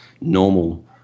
normal